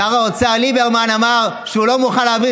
שר האוצר ליברמן אמר שהוא לא מוכן להעביר